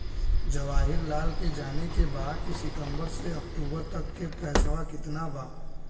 जवाहिर लाल के जाने के बा की सितंबर से अक्टूबर तक के पेसवा कितना बा?